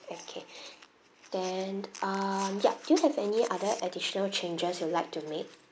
okay then um ya do you have any other additional changes you would like to make